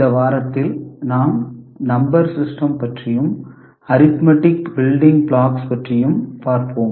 இந்த வாரத்தில் நாம் நம்பர் சிஸ்டம் பற்றியும் அறித்மெடிக் பில்டிங் பிளாக்ஸ் பற்றியும் பார்ப்போம்